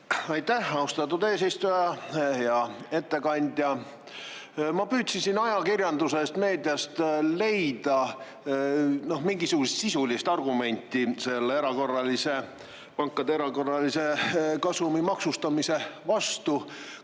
Aitäh, austatud eesistuja! Hea ettekandja! Ma püüdsin ajakirjandusest, meediast leida mingisugust sisulist argumenti selle pankade erakorralise kasumi maksustamise vastu,